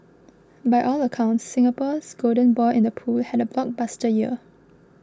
by all accounts Singapore's golden boy in the pool had a blockbuster year